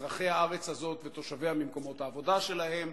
אזרחי הארץ הזו ותושביה, ממקומות העבודה שלהם.